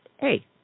Hey